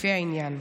לפי העניין.